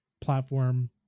platform